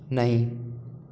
नहीं